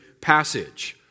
passage